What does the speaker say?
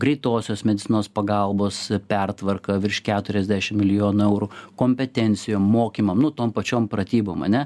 greitosios medicinos pagalbos pertvarka virš keturiasdešim milijonų eurų kompetencijom mokymam nu tom pačiom pratybom ane